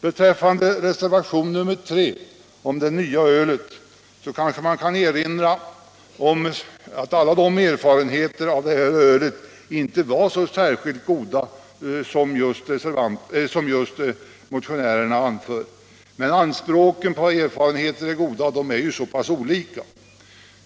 Beträffande reservation nr 3 om det nya ölet kanske man kan erinra om att alla erfarenheter av det ölet inte var så goda som motionärerna och reservanterna anför, men anspråken på goda erfarenheter är ju så olika.